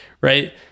right